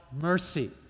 mercy